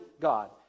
God